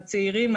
הצעירים,